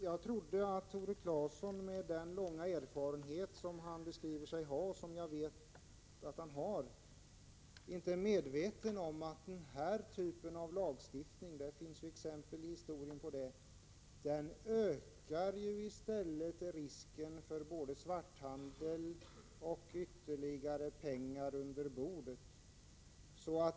Jag trodde att Tore Claeson med den långa erfarenhet som han säger sig ha och som jag också vet att han har var medveten om att denna typ av lagstiftning — det finns historiska exempel på det — i stället ökar risken för både svarthandel och ytterligare pengar under bordet.